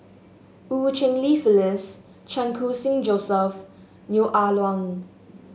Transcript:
Eu Cheng Li Phyllis Chan Khun Sing Joseph Neo Ah Luan